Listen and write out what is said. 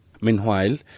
Meanwhile